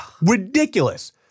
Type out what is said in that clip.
Ridiculous